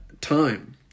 time